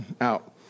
out